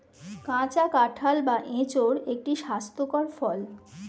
কাঁচা কাঁঠাল বা এঁচোড় একটি স্বাস্থ্যকর ফল